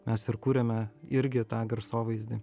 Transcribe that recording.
mes ir kuriame irgi tą garsovaizdį